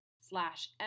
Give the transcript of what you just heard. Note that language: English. slash